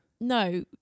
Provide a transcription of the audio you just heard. No